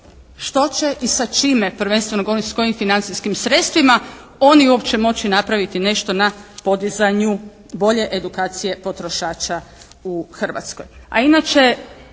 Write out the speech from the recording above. Što će i sa čime, prvenstveno govorim s kojim financijskim sredstvima oni uopće moći napraviti nešto na podizanju bolje edukacije potrošača u Hrvatskoj?